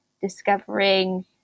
discovering